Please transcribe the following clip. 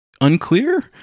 unclear